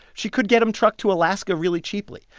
she could get them trucked to alaska really cheaply.